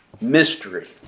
mystery